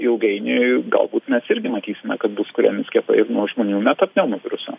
ilgainiui galbūt mes irgi matysime kad bus kuriami skiepai ir nuo žmonių metapneumoviruso